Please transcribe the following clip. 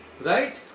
right